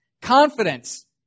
Confidence